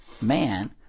man